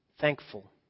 thankful